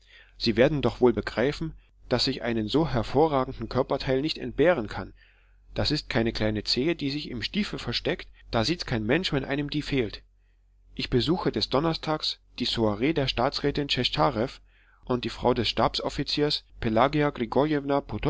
sie werden doch wohl begreifen daß ich einen so hervorragenden körperteil nicht entbehren kann das ist keine kleine zehe die sich im stiefel versteckt da sieht's kein mensch wenn einem die fehlt ich besuche des donnerstags die soiree der staatsrätin tschechtarew und die frau des stabsoffiziers